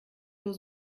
nur